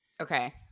Okay